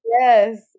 Yes